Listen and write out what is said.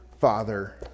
Father